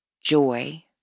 joy